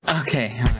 Okay